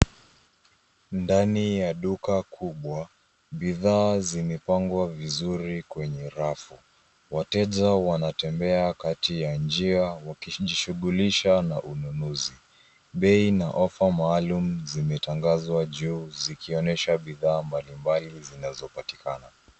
Ndani ya duka kubwa. Bidhaa zimepangwa vizuri kwenye rafu. Wateja wanatembea kati ya njia wakijishughulisha na ununuzi. Bei na ofa maalum zimetangazwa juu zikionyesha bidhaa mbali mbali zinazopatikana.